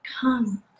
come